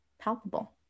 palpable